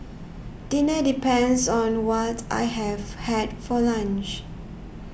dinner depends on what I have had for lunch